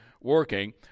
working